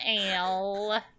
ale